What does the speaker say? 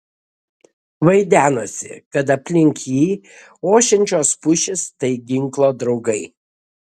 vaidenosi kad aplink jį ošiančios pušys tai ginklo draugai